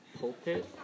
pulpit